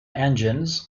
engines